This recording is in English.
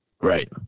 right